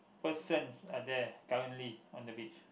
persons are there currently on the beach